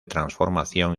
transformación